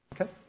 Okay